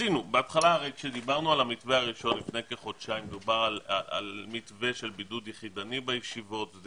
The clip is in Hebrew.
לפני כחודשיים דובר על מתווה של בידוד יחידני בישיבות וזה